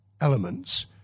elements